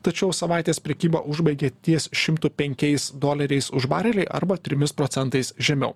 tačiau savaitės prekybą užbaigė ties šimtu penkiais doleriais už barelį arba trimis procentais žemiau